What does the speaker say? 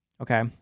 okay